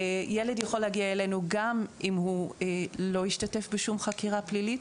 ילד יכול להגיע אלינו גם אם הוא לא השתתף בשום חקירה פלילית.